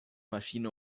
maschine